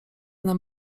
nam